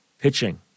pitching